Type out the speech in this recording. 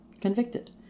convicted